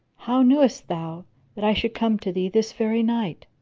how knewest thou that i should come to thee this very night?